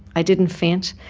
i didn't faint,